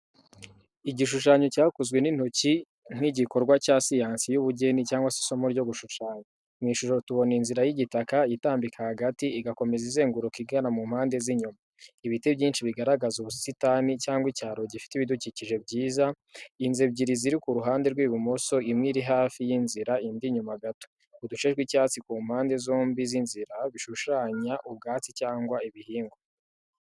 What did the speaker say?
Igishushanyo cyakozwe n’intoki nk’igikorwa cya siyansi y’ubugeni cyangwa isomo ryo gushushanya. Mu ishusho tubona inzira y’igitaka itambika hagati, igakomeza izenguruka igana mu mpande z’inyuma. Ibiti byinshi bigaragaza ubusitani cyangwa icyaro gifite ibidukikije byiza. Inzu ebyiri ziri ku ruhande rw’ibumoso, imwe iri hafi y’inzira indi inyuma gato. Uduce tw’icyatsi ku mpande zombi z’inzira, bishushanya ubwatsi cyangwa ibihingwa.